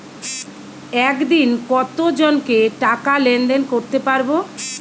একদিন কত জনকে টাকা লেনদেন করতে পারবো?